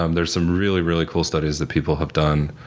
um there's some really, really cool studies that people have done,